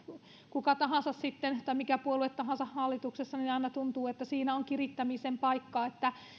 kuka tahansa tai mikä puolue tahansa hallituksessa niin aina tuntuu että siinä on kirittämisen paikka että